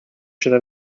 should